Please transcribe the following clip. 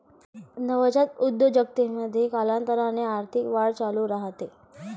नवजात उद्योजकतेमध्ये, कालांतराने आर्थिक वाढ चालू राहते